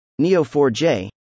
Neo4j